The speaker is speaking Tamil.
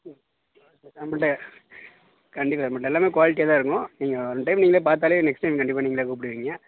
நம்மள்ட்ட கண்டிப்பாக நம்மள்ட்ட எல்லாம் குவாலிட்டியாக தான் இருக்கும் நீங்கள் ஒன் டைம் நீங்கள் பார்த்தாலே நெக்ஸ்ட் டைம் கண்டிப்பாக நீங்களே கூப்பிடுவீங்க